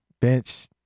Bench